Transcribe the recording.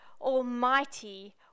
Almighty